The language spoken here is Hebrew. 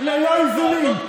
ללא איזונים,